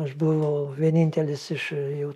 aš buvau vienintelis iš jų